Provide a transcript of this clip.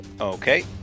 Okay